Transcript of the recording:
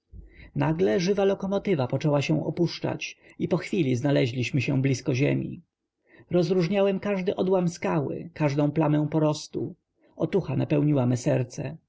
nagle żywa lokomotywa poczęła się opuszczać i po chwili znaleźliśmy się blizko ziemi rozróżniałem każdy odłam skały każdą plamę porostu otucha napełniła me serce